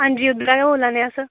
अंजी इद्धरा दा गै बोल्ला नै अस